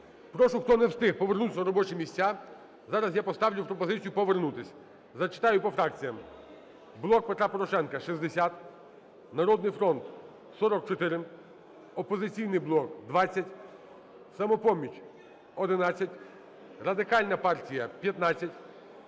прошу, хто не встиг, повернутися на робочі місця. Зараз я поставлю пропозицію повернутися. Зачитаю по фракціях: "Блок Петра Порошенка" – 60, "Народний фронт" – 44, "Опозиційний блок" – 20, "Самопоміч" – 11, Радикальна партія – 15,